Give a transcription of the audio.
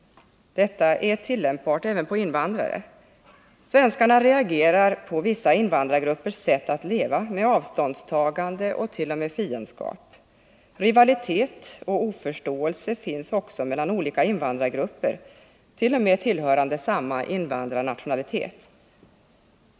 Detta är tillämpbart även på invandrare. Svenskarna reagerar på vissa invandrargruppers sätt att leva med avståndstagande och t.o.m. fiendskap. Rivalitet och oförståelse finns även mellan olika invandrargrupper,t.o.m. tillhörande samma invandrarnationalitet.